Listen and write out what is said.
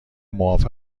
معاف